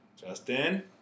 Justin